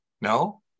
No